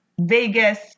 Vegas